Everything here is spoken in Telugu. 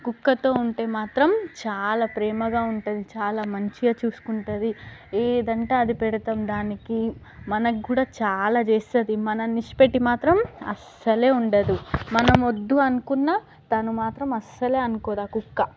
కుక్కతో ఉంటే మాత్రం చాలా ప్రేమగా ఉంటుంది చాలా మంచిగా చూసుకుంటుంది ఏదంటే అది పెడతాం దానికి మనకు కూడా చాలా చేస్తుంది మనలని విడిచిపెట్టి మాత్రం అస్సలే ఉండదు మనం వద్దు అనుకున్నా తను మాత్రం అసలే అనుకోదు ఆ కుక్క